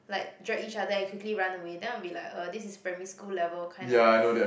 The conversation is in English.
like drag each other and quickly run away then I'll be like uh this is primary school level kind of